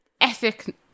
ethic